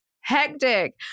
hectic